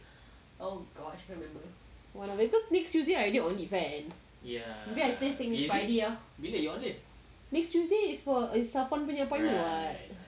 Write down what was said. oh gosh I don't know because next tuesday I already on leave kan maybe I just take this friday lor next tuesday is for its for appointment [what]